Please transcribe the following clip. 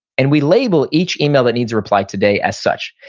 and we label each email that needs a reply today as such.